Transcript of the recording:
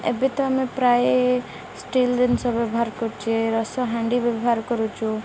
ଏବେ ତ ଆମେ ପ୍ରାୟ ଷ୍ଟିଲ୍ ଜିନିଷ ବ୍ୟବହାର କରୁଛେ ରସ ହାଣ୍ଡି ବ୍ୟବହାର କରୁଛୁ